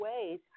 ways